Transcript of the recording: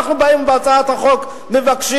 אנחנו באים בהצעת החוק ומבקשים,